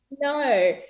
No